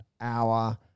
hour